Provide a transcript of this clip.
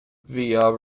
via